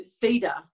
theta